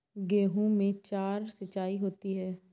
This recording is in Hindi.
गेहूं में चार सिचाई होती हैं